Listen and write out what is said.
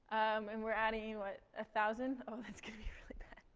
and we're adding a thousand oh, that's gonna be really bad.